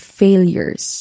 failures